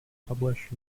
published